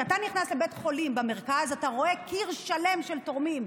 כשאתה נכנס לבית חולים במרכז אתה רואה קיר שלם של תורמים.